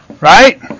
Right